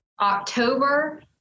October